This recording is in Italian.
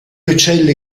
uccelli